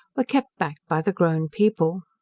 were, kept back by the grown people.